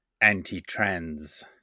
anti-trans